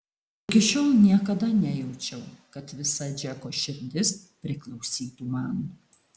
iki šiol niekada nejaučiau kad visa džeko širdis priklausytų man